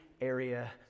area